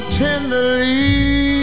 tenderly